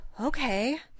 okay